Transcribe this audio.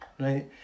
Right